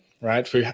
right